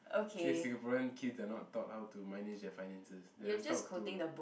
say Singaporean kids are not taught how to manage their finances they are just taught to